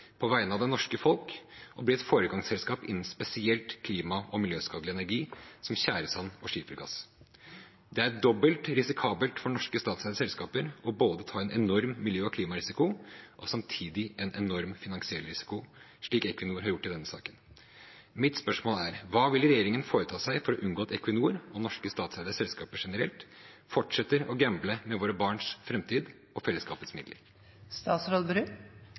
på vegne av det norske folk, å bli et foregangsselskap innen spesielt klima- og miljøskadelig energi, som tjæresand og skifergass. Det er dobbelt risikabelt for norske statseide selskaper å ta både en enorm miljø- og klimarisiko og samtidig en enorm finansiell risiko, slik Equinor har gjort i denne saken. Mitt spørsmål er: Hva vil regjeringen foreta seg for å unngå at Equinor og norske statseide selskaper generelt fortsetter å gamble med våre barns framtid og fellesskapets